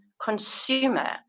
consumer